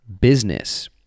business